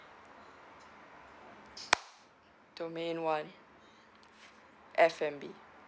domain one F&B